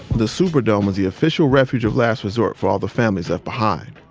the superdome was the official refuge of last resort for all the families left behind.